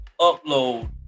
upload